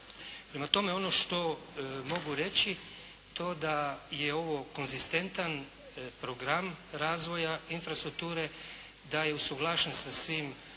Prema tome ono što mogu to da je ovo konzistentan program razvoja infrastrukture, da je usuglašen sa svim